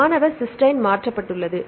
மாணவர் சிஸ்டைன் மாற்றப்பட்டுள்ளது